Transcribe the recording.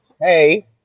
Hey